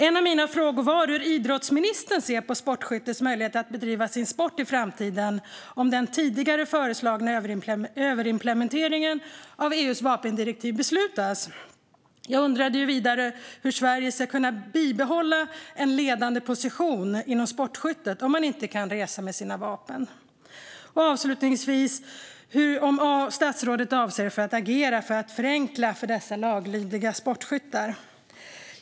En av mina frågor var hur idrottsministern ser på sportskyttets möjligheter att bedriva sin sport i framtiden om den tidigare föreslagna överimplementeringen av EU:s vapendirektiv beslutas. Jag undrade vidare hur Sverige ska kunna behålla sin ledande position inom sportskyttet om man inte kan resa med sina vapen. Jag undrade avslutningsvis hur statsrådet avser att agera för att förenkla för dessa laglydiga sportskyttar.